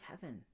heaven